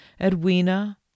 Edwina